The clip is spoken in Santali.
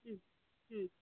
ᱦᱮᱸ ᱦᱮᱸ